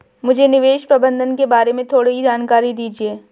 मुझे निवेश प्रबंधन के बारे में थोड़ी जानकारी दीजिए